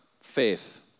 faith